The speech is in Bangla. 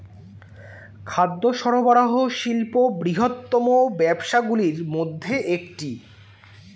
খাদ্য সরবরাহ শিল্প বৃহত্তম ব্যবসাগুলির মধ্যে একটি